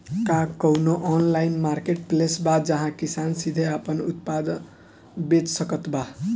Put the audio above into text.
का कउनों online marketplace बा जहां किसान सीधे आपन उत्पाद बेच सकत बा?